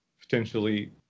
potentially